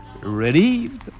Relieved